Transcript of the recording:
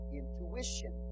intuition